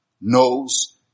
knows